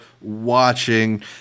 watching